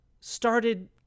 started